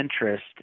interest